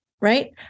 right